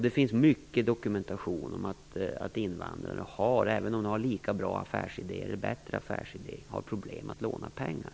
Det finns en omfattande dokumentation om att invandrare, även om de har en lika bra eller bättre affärsidé, har problem med att få låna pengar.